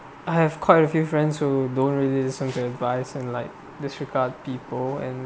I have quite a few friends who don't really listen to advice and like disregard people and